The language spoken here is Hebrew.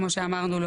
כמו שאמרנו,